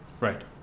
Right